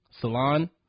Salon